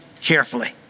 carefully